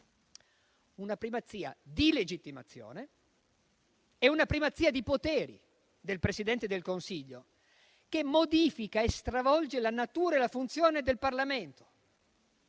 una primazia di legittimazione e una primazia di poteri del Presidente del Consiglio che modifica e stravolge la natura e la funzione del Parlamento.